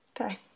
okay